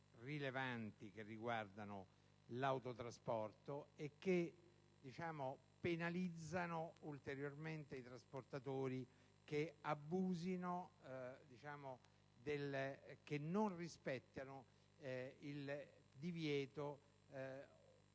rilevanti che riguardano l'autotrasporto e che penalizzano ulteriormente i trasportatori che non rispettino il periodo